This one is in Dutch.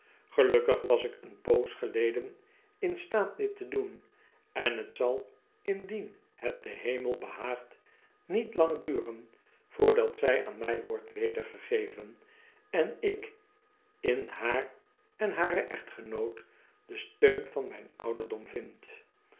gelukkig was ik eene poos geleden in staat dit tedoen en het zal indien het den hemel behaagt niet lang duren voordat zy aan mij wordt wedergegeven en ik in haar en haren echtgenoot den steun van mynen ouderdom vind